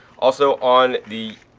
also on the,